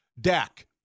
Dak